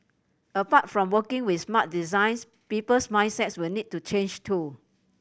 apart from working with smart designs people's mindsets will need to change too